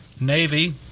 Navy